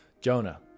jonah